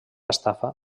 estafa